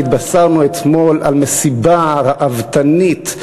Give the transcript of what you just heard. התבשרנו אתמול על מסיבה ראוותנית,